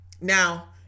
Now